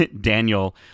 Daniel